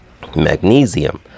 magnesium